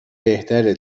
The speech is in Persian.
بهتره